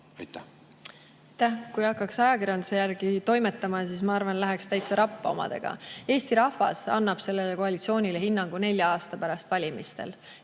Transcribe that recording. Aitäh!